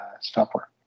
software